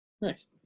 Nice